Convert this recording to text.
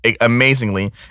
amazingly